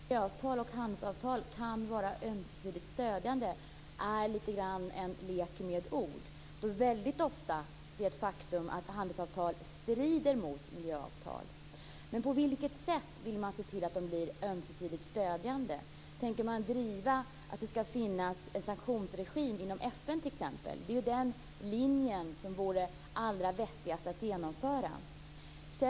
Fru talman! Att säga att miljöavtal och handelsavtal kan vara ömsesidigt stödjande är lite grann en lek med ord. Det är ofta ett faktum att handelsavtal strider mot miljöavtal. På vilket sätt vill man se till att de blir ömsesidigt stödjande? Tänker man t.ex. driva frågan att det ska finnas en sanktionsregim inom FN:s ram? Det är den linjen som vore allra vettigast att genomföra.